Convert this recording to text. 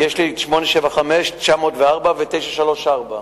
יש לי 875, 904 ו-934.